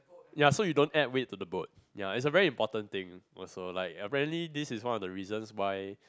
ya so you don't add weight to the boat ya is a very important thing also like apparently this is one of the reasons why